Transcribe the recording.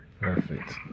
Perfect